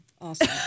Awesome